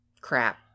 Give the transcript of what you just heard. crap